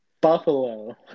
Buffalo